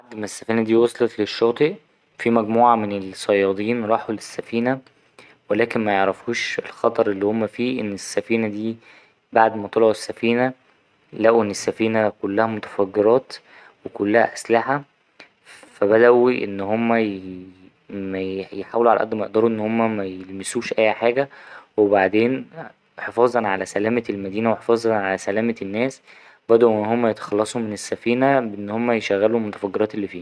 بعد ما السفينة دي وصلت للشاطيء في مجموعة من الصيادين راحوا للسفينة ولكن ميعرفوش الخطر اللي هما فيه إن السفينة دي بعد ما طلعوا السفينة لقوا إن السفينة كلها متفجرات وكلها أسلحة فا بدأوا إن هما يحاولوا على اد مايقدروا إنهم ميلمسوش أي حاجة وبعدين حفاظا على سلامة المدينة وحفاظا على سلامة الناس بدأوا إن هما يتخلصوا من السفينة بإن هما يشغلوا المتفجرات اللي فيها.